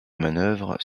manœuvres